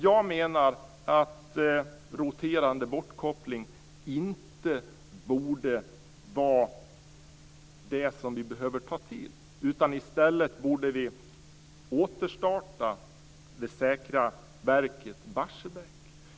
Jag menar att roterande bortkoppling inte borde vara det som vi behöver ta till. I stället borde vi återstarta vid det säkra verket Barsebäck.